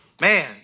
Man